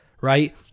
right